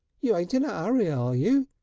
you ain't in a urry, are you?